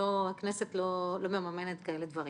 הכנסת לא מממנת כאלה דברים.